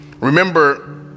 remember